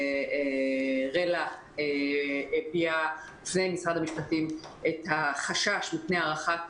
רלה הביעה בפני משרד המשפטים את החשש מפני הארכת